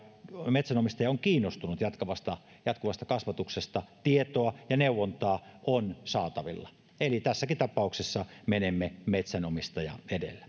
metsänomistaja on kiinnostunut jatkuvasta jatkuvasta kasvatuksesta tietoa ja neuvontaa on saatavilla eli tässäkin tapauksessa menemme metsänomistaja edellä